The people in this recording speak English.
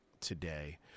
today